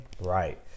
Right